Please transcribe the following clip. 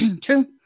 True